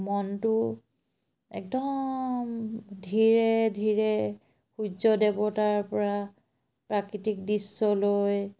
মনটো একদম ধীৰে ধীৰে সূৰ্য দেৱতাৰ পৰা প্ৰাকৃতিক দৃশ্যলৈ